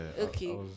okay